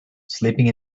sleeping